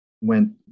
went